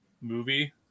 movie